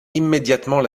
immédiatement